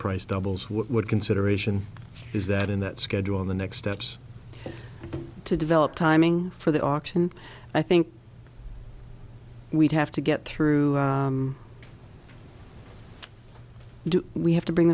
price doubles what consideration is that in that schedule on the next steps to develop timing for the auction i think we'd have to get through do we have to bring